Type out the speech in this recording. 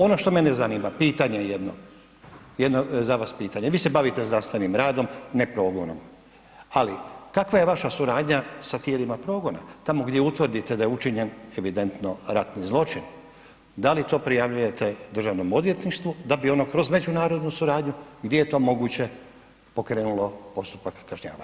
Ono što mene zanima, pitanje jedno, jedno za vas pitanje, vi se bavite znanstvenim radom, ne progonom, ali kakva je vaša suradnja sa tijelima progona, tamo gdje utvrdite da je učinjen evidentno ratni zločin, da li to prijavljujete Državnom odvjetništvu da bi ono kroz međunarodnu suradnju gdje je to moguće pokrenulo postupak kažnjavanja?